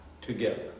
together